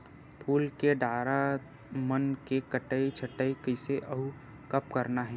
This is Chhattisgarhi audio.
फूल के डारा मन के कटई छटई कइसे अउ कब करना हे?